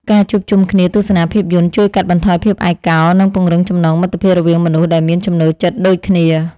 ការជួបជុំគ្នាទស្សនាភាពយន្ត ជួយកាត់បន្ថយភាពឯកោ និងពង្រឹងចំណងមិត្តភាពរវាងមនុស្សដែលមានចំណូលចិត្តដូចគ្នា។